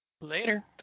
Later